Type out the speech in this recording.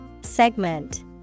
Segment